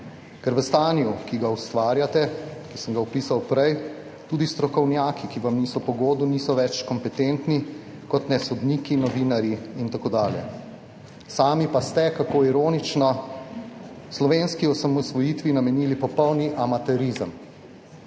ker v stanju, ki ga ustvarjate, ki sem ga opisal prej, tudi strokovnjaki, ki vam niso po godu, niso več kompetentni, kot tudi ne sodniki, novinarji in tako dalje. Sami pa ste, kako ironično, slovenski osamosvojitvi namenili popolni amaterizem.